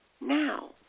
now